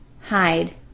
hide